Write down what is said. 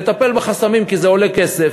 לטפל בחסמים כי זה עולה כסף,